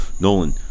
Nolan